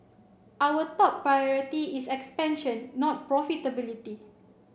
our top priority is expansion not profitability